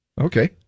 Okay